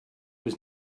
was